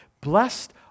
Blessed